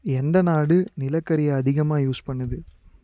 எந்த நாடு நிலக்கரியை அதிகமாக யூஸ் பண்ணுது